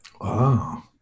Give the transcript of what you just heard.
Wow